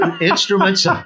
instruments